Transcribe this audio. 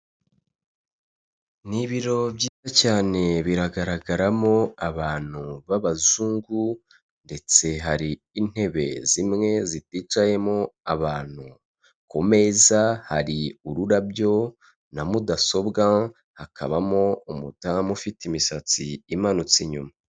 Ni ibiro byiza cyane biragaragaramo abantu b'abazungu ndetse hari n intebe zimwe ziticayemo abantu kumezaeza hari ururabyo na mudasobwa hakabamo umudamu ufite imisatsi imanutse inyuma